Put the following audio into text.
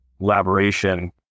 collaboration